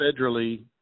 federally